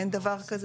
אין דבר כזה?